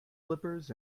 slippers